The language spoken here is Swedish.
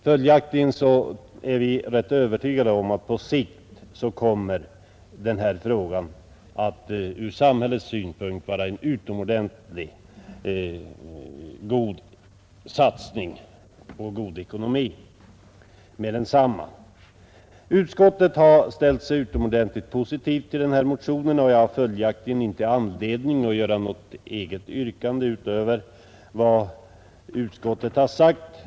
Följaktligen är vi rätt övertygade om att de här åtgärderna ur samhällets synpunkt på längre sikt kommer att vara en utomordentligt god satsning. Utskottet har ställt sig ytterst positivt till motionen, och jag har följaktligen inte anledning att framställa något eget yrkande utöver utskottets.